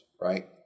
right